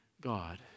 God